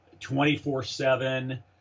24/7